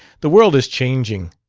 the world is changing.